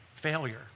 failure